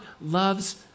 loves